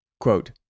Quote